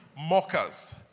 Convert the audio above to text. mockers